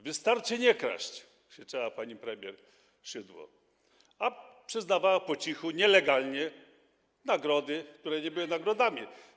Wystarczy nie kraść - krzyczała pani premier Szydło, a przyznawała po cichu, nielegalnie nagrody, które nie były nagrodami.